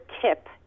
tip